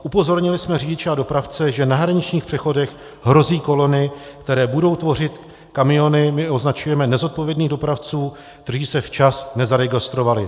Upozornili jsme řidiče a dopravce, že na hraničních přechodech hrozí kolony, které budou tvořit kamiony my označujeme nezodpovědných dopravců, kteří se včas nezaregistrovali.